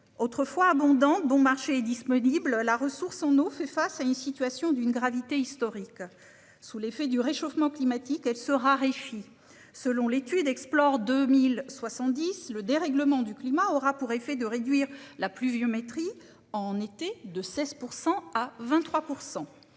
Autrefois abondante dont marché est disponible la ressource en eau, fait face à une situation d'une gravité historique. Sous l'effet du réchauffement climatique, elle se raréfient. Selon l'étude explore 2070 le dérèglement du climat aura pour effet de réduire la pluviométrie en été, de 16% à 23%.